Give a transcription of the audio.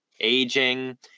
aging